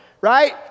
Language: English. right